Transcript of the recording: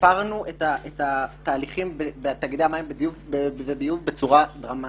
שיפרנו את התהליכים בתאגידי המים והביוב בצורה דרמטית.